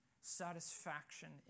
satisfaction